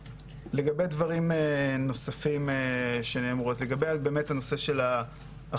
לגבי דברים נוספים שנאמרו לגבי באמת הנושא של ההכשרות,